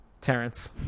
Terrence